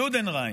יודנריין.